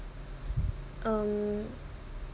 um